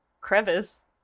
crevice